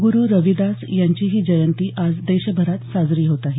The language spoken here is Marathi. गुरू रविदास यांचीही जयंती आज देशभरात साजरी होत आहे